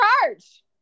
charge